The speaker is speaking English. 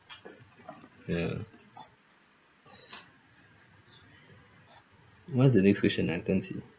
ya what's the next question I can't see